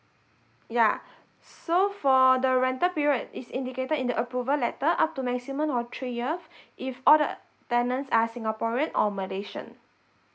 yeah so for the rental period is indicated in the approval letter up to maximum of three year if all the tenants are singaporean or malaysian